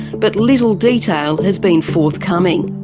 but little detail has been forthcoming.